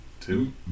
two